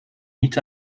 niet